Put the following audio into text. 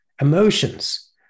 emotions